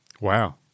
Wow